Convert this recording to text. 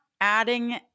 adding